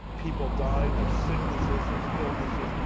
people die. there's sicknesses. there's illnesses.